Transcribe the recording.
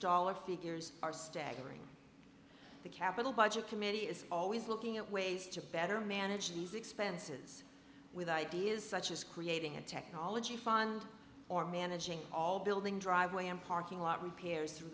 dollar figures are staggering the capital budget committee is always looking at ways to better manage these expenses with ideas such as creating a technology fund or managing all building driveway and parking lot repairs through